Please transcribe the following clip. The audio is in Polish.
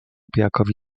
pijakowi